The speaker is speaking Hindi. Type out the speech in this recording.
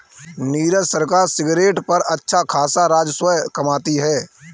नीरज सरकार सिगरेट पर अच्छा खासा राजस्व कमाती है